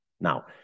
Now